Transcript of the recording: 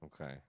Okay